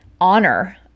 honor